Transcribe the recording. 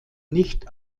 nicht